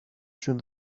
σου